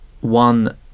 one